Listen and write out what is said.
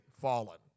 fallen